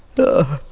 the